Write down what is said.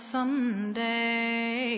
Sunday